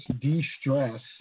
de-stress